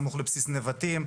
בסמוך לבסיס נבטים,